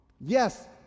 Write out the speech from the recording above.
Yes